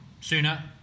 sooner